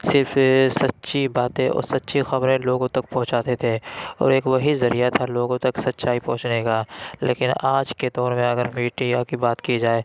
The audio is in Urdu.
صرف سچی باتیں اور سچی خبریں لوگوں تک پہنچاتے تھے اور ایک وہی ذریعہ تھا لوگوں تک سچائی پہنچنے کا لیکن آج کے دور میں اگر میڈیا کی بات کی جائے